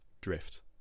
drift